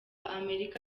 amerika